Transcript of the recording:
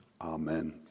Amen